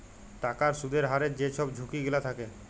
টাকার সুদের হারের যে ছব ঝুঁকি গিলা থ্যাকে